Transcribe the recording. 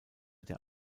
der